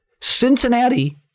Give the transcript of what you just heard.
Cincinnati